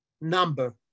number